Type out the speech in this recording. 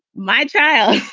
my child,